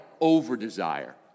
over-desire